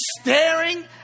staring